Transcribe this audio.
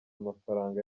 amafaranga